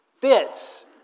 fits